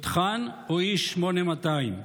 תותחן או איש 8200?